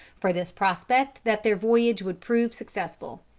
for this prospect that their voyage would prove successful.